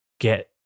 get